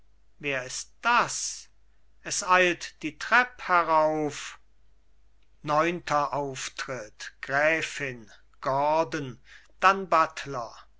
wer ist das es eilt die trepp herauf neunter auftritt gräfin gordon dann buttler